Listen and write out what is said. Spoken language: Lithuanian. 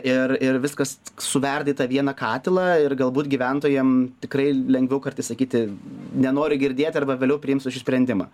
ir ir viskas suverda į vieną katilą ir galbūt gyventojam tikrai lengviau kartais sakyti nenoriu girdėt arba vėliau priimsiu šį sprendimą